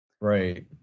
right